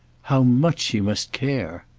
how much she must care!